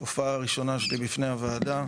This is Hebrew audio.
זו הופעה ראשונה שלי לפני הוועדה,